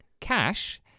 cash